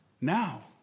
now